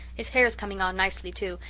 his hair is coming on nicely too,